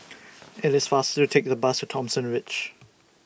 IT IS faster to Take The Bus to Thomson Ridge